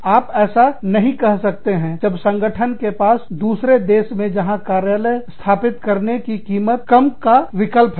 आप ऐसा नहीं कह सकते हैं जब संगठन के पास दूसरे देश मे जहां कार्यालय स्थापित करने की कीमत कम का विकल्प होगा